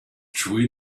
true